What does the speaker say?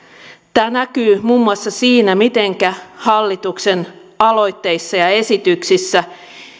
tämä näkyy muun muassa siinä mitenkä hallituksen aloitteissa ja esityksissä